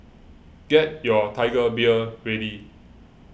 get your Tiger Beer ready